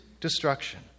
destruction